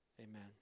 Amen